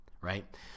Right